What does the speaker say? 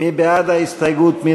מי בעד ההסתייגות?